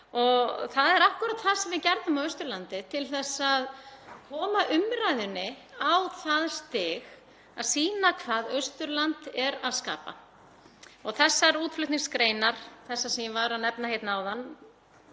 og það er akkúrat það sem við gerðum á Austurlandi til þess að koma umræðunni á það stig að sýna hvað Austurland er að skapa. Þessar útflutningsgreinar sem ég var að nefna áðan